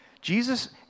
Jesus